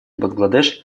бангладеш